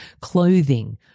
clothing